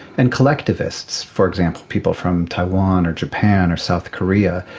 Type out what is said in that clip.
and collectivists, for example people from taiwan or japan or south korea,